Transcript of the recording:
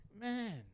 Man